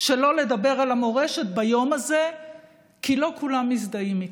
שלא לדבר על המורשת ביום הזה כי לא כולם מזדהים איתה.